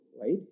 right